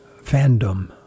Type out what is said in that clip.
fandom